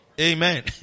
Amen